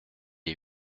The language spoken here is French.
est